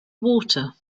water